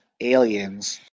aliens